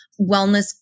wellness